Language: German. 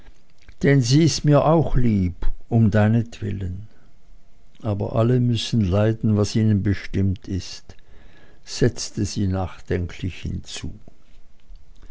denn sie ist mir auch lieb um deinetwillen aber alle müssen leiden was ihnen bestimmt ist setzte sie nachdenklich hinzu